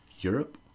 Europe